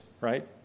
right